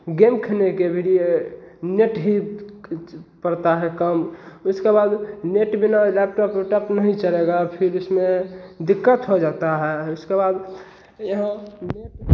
game खेलने के लिए नेट ही पड़ता है कम इसके बाद नेट बिना लैपटॉप वैपटाप नहीं चलेगा फिर इसमें दिक्कत हो जाता है उसके बाद यहाँ